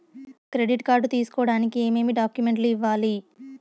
credit card తీసుకోడానికి ఏమేమి డాక్యుమెంట్లు ఇవ్వాలి